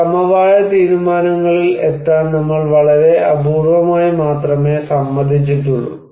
സമവായ തീരുമാനങ്ങളിൽ എത്താൻ നമ്മൾ വളരെ അപൂർവമായി മാത്രമേ സമ്മതിച്ചിട്ടുള്ളൂ